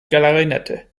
klarinette